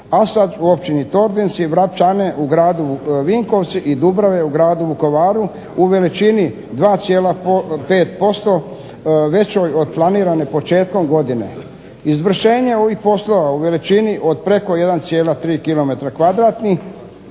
u općini Tordinci, Vrapčane u gradu Vinkovci i Dubrave u gradu Vukovaru u veličini 2,5% većoj od planirane početkom godine. Izvršenje ovih poslova u veličini od preko 1,3 km